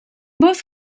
both